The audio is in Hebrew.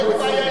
יש עלייה,